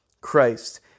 Christ